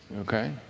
Okay